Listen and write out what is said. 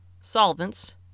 Solvents